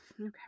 Okay